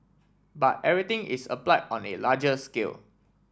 but everything is applied on a larger scale